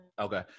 Okay